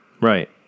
Right